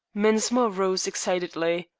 mensmore rose excitedly.